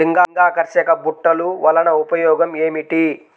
లింగాకర్షక బుట్టలు వలన ఉపయోగం ఏమిటి?